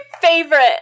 favorite